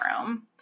room